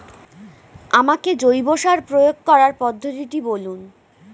আমাকে জৈব সার প্রয়োগ করার পদ্ধতিটি বলুন?